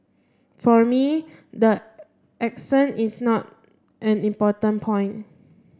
for me the accent is not an important point